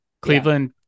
Cleveland